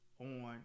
on